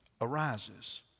arises